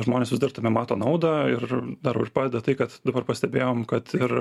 žmonės vis dar tame mato naudą ir dar ir padeda tai kad dabar pastebėjom kad ir